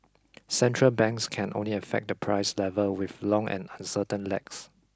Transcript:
central banks can only affect the price level with long and uncertain lags